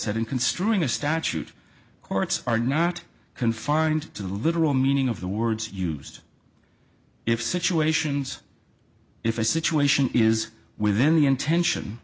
seven construing a statute courts are not confined to the literal meaning of the words used if situations if a situation is within the intention